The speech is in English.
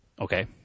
Okay